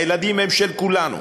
הילדים הם של כולנו.